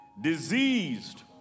diseased